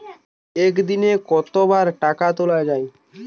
একদিনে কতবার টাকা তোলা য়ায়?